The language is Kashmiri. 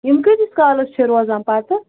یِم کۭتِس کالس چھِ روزان پتہٕ